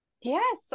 Yes